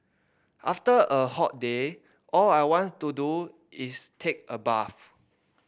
after a hot day all I want to do is take a bath